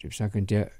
kaip sakant tie